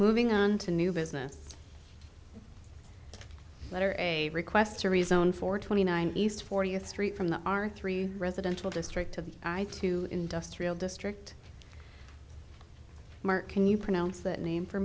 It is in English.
moving on to new business letter a request to rezone for twenty nine east fortieth street from the r three residential district to the i to industrial district mark can you pronounce that name for